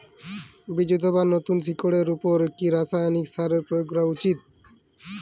বীজ অথবা নতুন শিকড় এর উপর কি রাসায়ানিক সার প্রয়োগ করা উচিৎ?